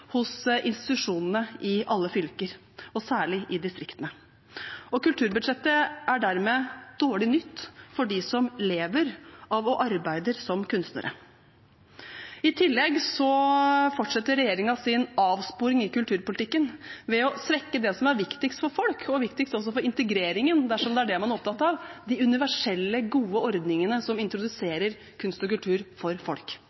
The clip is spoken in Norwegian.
hos institusjonene i alle fylker og særlig i distriktene. Kulturbudsjettet er dermed dårlig nytt for dem som arbeider som kunstnere og lever av det. I tillegg fortsetter regjeringen sin avsporing i kulturpolitikken ved å svekke det som er viktigst for folk og viktigst for integreringen, dersom det er det man er opptatt av, de universelle, gode ordningene som introduserer kunst og kultur for folk,